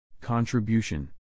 Contribution